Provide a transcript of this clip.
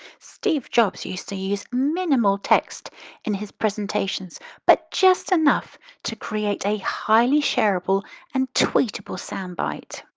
steve jobs used to use minimal text in his presentations but just enough to create a highly shareable and tweetable soundbite.